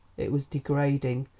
it was degrading,